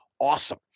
awesome